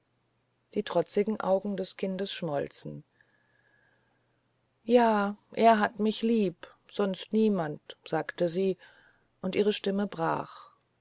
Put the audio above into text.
die trotzigen augen des kindes schmolzen ja er hat mich lieb sonst niemand sagte sie und ihre stimme brach